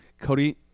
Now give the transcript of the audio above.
Cody